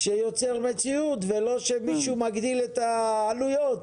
שיוצר מציאות, ולא שמישהו מגדיל את העלויות.